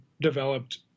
developed